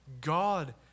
God